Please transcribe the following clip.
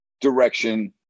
direction